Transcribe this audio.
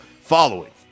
following